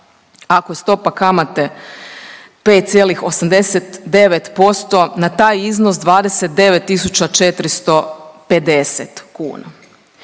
ako je stopa kamate 5,89% na taj iznos 29.450 kuna.